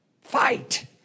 fight